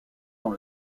dans